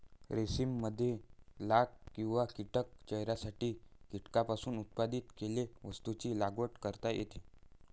रेशीम मध लाख किंवा कीटक चहासाठी कीटकांपासून उत्पादित केलेल्या वस्तूंची लागवड करता येते